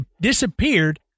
disappeared